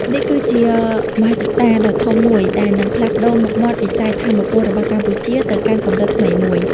នេះគឺជាមហិច្ឆតាដ៏ធំមួយដែលនឹងផ្លាស់ប្ដូរមុខមាត់វិស័យថាមពលរបស់កម្ពុជាទៅកាន់កម្រិតថ្មីមួយ។